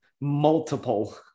Multiple